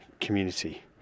community